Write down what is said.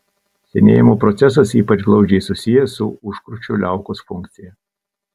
senėjimo procesas ypač glaudžiai susijęs su užkrūčio liaukos funkcija